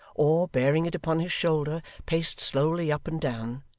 or, bearing it upon his shoulder, paced slowly up and down,